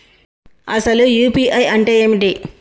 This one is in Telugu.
అసలు యూ.పీ.ఐ అంటే ఏమిటి?